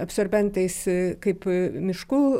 absorbentais kaip miškų